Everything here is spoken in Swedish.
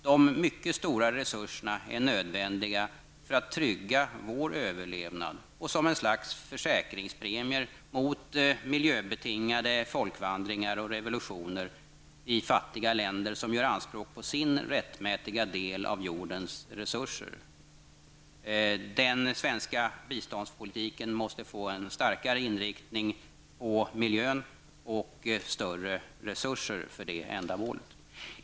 De mycket stora resurserna är nödvändiga för att trygga vår överlevnad och som ett slags försäkringpremier mot miljöbetingade folkvandringar och revolutioner i fattiga länder som gör anspråk på sin rättmätiga del av jordens resurser. Den svenska biståndpolitiken måste få en starkare inriktning på miljön och sina resurser för det ändamålet.